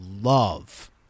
love